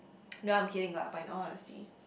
no I'm kidding lah but in all honesty